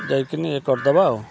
ଯାଇକିନି ଇଏ କରିଦେବା ଆଉ